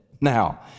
Now